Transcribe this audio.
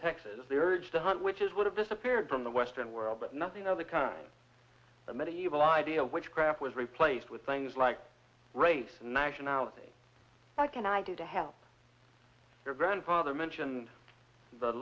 texas the urge to hunt which is would have disappeared from the western world but nothing of the kind the medieval idea witchcraft was replaced with things like race nationality can i do to help your grandfather mention the